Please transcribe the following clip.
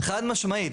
חד משמעית.